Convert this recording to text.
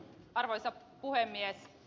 arvoisa puhemies